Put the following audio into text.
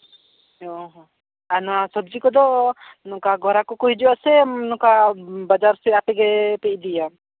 ᱚ ᱦᱚᱸ ᱟᱨ ᱱᱚᱣᱟ ᱥᱚᱵᱽᱡᱤ ᱠᱚᱫᱚ ᱱᱚᱝᱠᱟ ᱜᱳᱨᱟ ᱠᱚᱠᱚ ᱦᱤᱡᱩᱜ ᱟᱥᱮ ᱱᱚᱝᱠᱟ ᱵᱟᱡᱟᱨ ᱥᱮᱫ ᱟᱯᱮ ᱜᱮᱯᱮ ᱤᱫᱤᱭᱟ